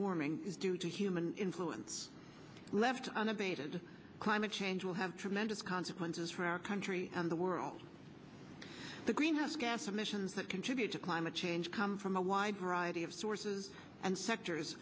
warming is due to human influence left unabated climate change will have tremendous consequences for our country and the world the greenhouse gas emissions that contribute to climate change come from a wide variety of sources and sectors